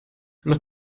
look